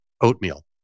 oatmeal